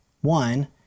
One